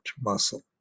muscle